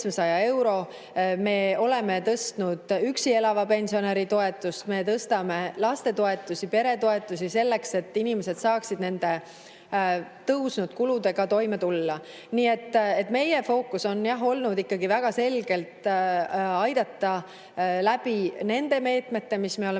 Me oleme tõstnud üksi elava pensionäri toetust, me tõstame lastetoetusi, peretoetusi selleks, et inimesed saaksid nende tõusnud kuludega toime tulla. Nii et meie fookus on olnud ikkagi väga selgelt aidata läbi nende meetmete, mis me oleme